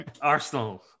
Arsenal